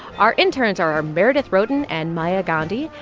our interns are our meredith roden and maya gandhi.